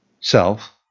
Self